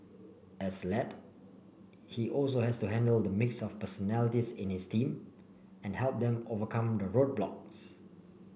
as lead he also has to handle the mix of personalities in his team and help them overcome the roadblocks